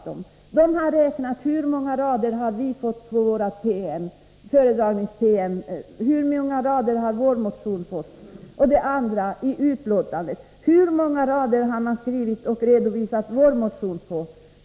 Jo, de har räknat hur många rader vi har fått för vår föredragningspromemoria och hur många rader deras motioner fått i betänkandet.